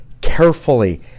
carefully